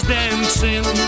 dancing